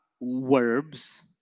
verbs